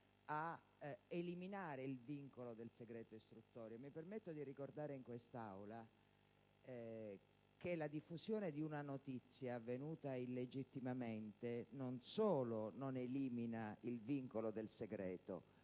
ad eliminare il vincolo del segreto istruttorio. Mi permetto di ricordare in quest'Aula che la diffusione di una notizia avvenuta illegittimamente non solo non elimina il vincolo del segreto,